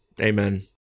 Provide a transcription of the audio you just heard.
Amen